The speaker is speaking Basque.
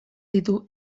ditu